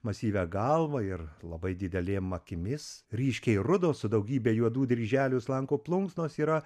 masyvia galva ir labai didelėm akimis ryškiai rudo su daugybe juodų dryželių slankų plunksnos yra